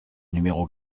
numéro